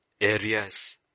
areas